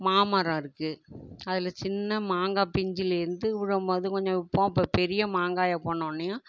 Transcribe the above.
மாமரம் இருக்குது அதில் சின்ன மாங்காய் பிஞ்சுலேருருந்து விழும்போது கொஞ்சம் விற்போம் இப்போ பெரிய மாங்காயாக போனவொடனேயும்